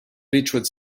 beechwood